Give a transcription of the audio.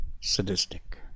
sadistic